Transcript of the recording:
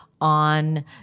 on